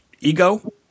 Ego